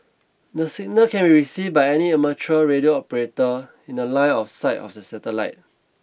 this signal can received by any amateur radio operator in the line of sight of the satellite